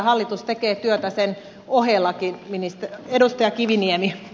hallitus tekee työtä sen ohellakin edustaja kiviniemi